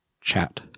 chat